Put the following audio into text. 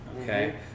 okay